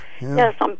Yes